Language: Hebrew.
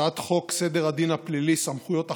הצעת חוק סדר הדין הפלילי (סמכויות אכיפה,